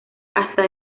hasta